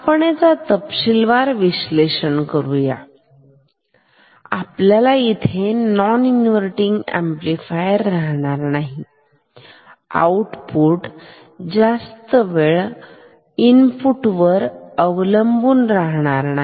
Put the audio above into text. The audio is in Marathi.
आपण तर याच तपशीलवार विश्लेषण केलं आहे आपल्याला इथे नॉन इन्व्हर्टिन ऍम्प्लिफायर राहणार नाही आउटपुट जास्त वेळ इनपुटवर अवलंबून राहणार नाही